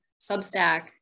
Substack